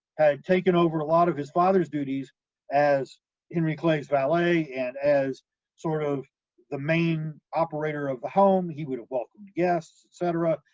had taken over a lot of his father's duties as henry clay's valet and as sort of the main operator of the home. he would have welcomed guests, etc,